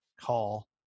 call